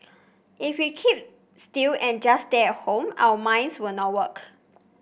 if we keep still and just stay at home our minds will not work